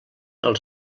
els